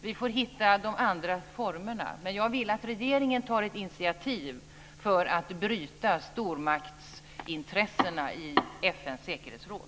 Vi får hitta andra former, men jag vill att regeringen tar ett initiativ för att bryta stormaktsintressena i FN:s säkerhetsråd.